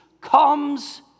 comes